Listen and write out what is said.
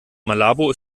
malabo